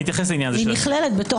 אני אתייחס לעניין הזה של השרירות.